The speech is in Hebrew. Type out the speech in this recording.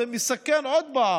הוא מסכן עוד פעם